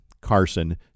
Carson